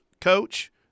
coach